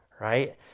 right